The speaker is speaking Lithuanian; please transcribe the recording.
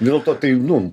dėl to tai nu